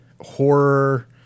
horror